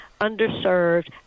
underserved